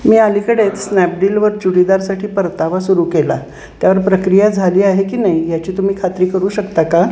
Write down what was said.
मी अलीकडे स्नॅपडीलवर चुडीदारसाठी परतावा सुरू केला त्यावर प्रक्रिया झाली आहे की नाही याची तुम्ही खात्री करू शकता का